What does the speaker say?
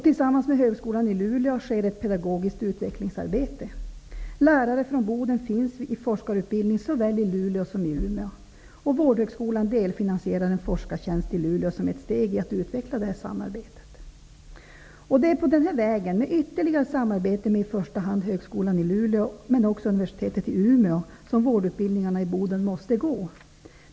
Tillsammans med högskolan i Luleå sker ett pedagogiskt utvecklignsarbete. Lärare från Boden finns i forskarutbildning såväl i Luleå som i Umeå. Luelå som ett steg i att utveckla samarbetet. Det är på denna väg, med ytterligare samarbete med i första hand högskolan i Luleå men också med universitetet i Umeå, som vårdutbildningarna i Boden måste gå.